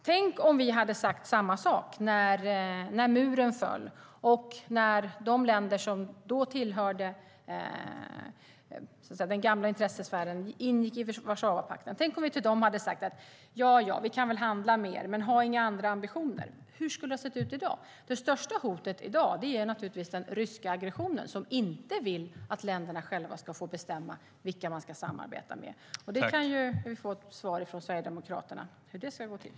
Tänk om vi när muren föll hade sagt samma sak till de länder som då ingick i Warszawapakten: Ja, ja, vi kan väl handla med er, men ha inga andra ambitioner! Hur skulle det ha sett ut i dag? Det största hotet i dag är naturligtvis den ryska aggressionen, som inte vill att länderna själva ska få bestämma vilka de ska samarbeta med. Vi kanske kan få svar av Sverigedemokraterna på hur det ska gå till.